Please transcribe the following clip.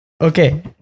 Okay